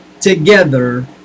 together